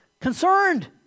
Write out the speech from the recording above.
concerned